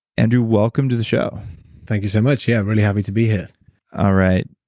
andrew, welcome to the show thank you so much, yeah. really happy to be here all right.